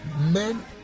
men